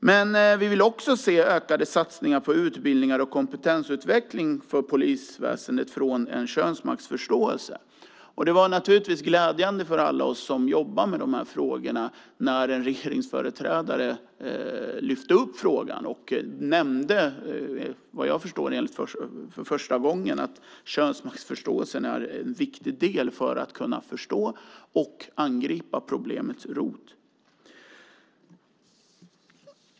Men vi vill också se ökade satsningar på utbildningar och kompetensutveckling inom polisväsendet i förståelsen för könsmaktsfrågor. Det var glädjande för alla oss som jobbar med de här frågorna när en regeringsföreträdare lyfte upp frågan och nämnde, vad jag förstår för första gången, att förståelsen för könsmaktsfrågor är en viktig del för att kunna angripa problemets rot.